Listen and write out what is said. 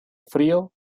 frío